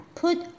put